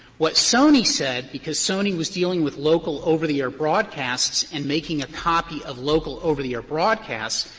what sony said, because sony was dealing with local over-the-air broadcasts and making a copy of local over-the-air broadcasts,